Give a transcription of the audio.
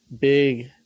big